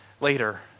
later